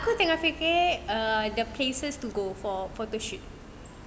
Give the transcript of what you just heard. but aku tengah fikir the places to go for photoshoot